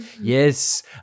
yes